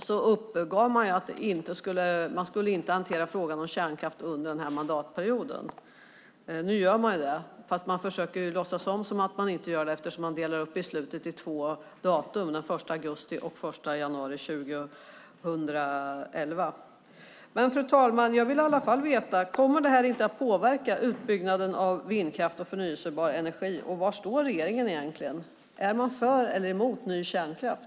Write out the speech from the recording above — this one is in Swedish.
Man uppgav att man inte skulle hantera frågan om kärnkraft under den här mandatperioden. Nu gör man det, fast man försöker låtsas som att man inte gör det eftersom man delar upp beslutet på två datum, den 1 augusti 2010 och den 1 januari 2011. Fru talman! Jag vill i alla fall veta: Kommer det här inte att påverka utbyggnaden av vindkraft och förnybar energi? Var står regeringen egentligen? Är man för eller emot ny kärnkraft?